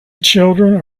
children